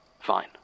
Fine